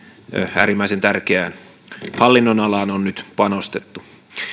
äärimmäisen tärkeään hallinnonalaan on nyt panostettu